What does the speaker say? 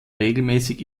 regelmäßig